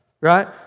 right